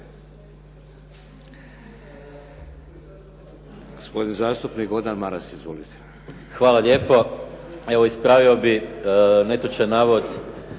Gospodin zastupnik Gordan Maras. Izvolite.